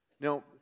now